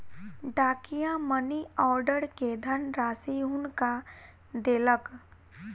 डाकिया money order के धनराशि हुनका देलक